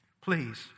Please